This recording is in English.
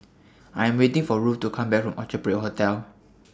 I Am waiting For Ruth to Come Back from Orchard Parade Hotel